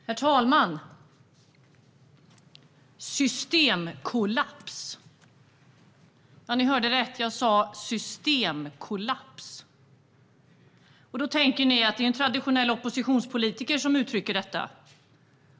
Herr talman! Systemkollaps. Ni hörde rätt; jag sa systemkollaps. Då tänker ni att det är en traditionell oppositionspolitiker som uttrycker detta.